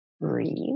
breathe